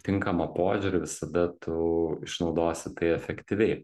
tinkamą požiūrį visada tu išnaudosi tai efektyviai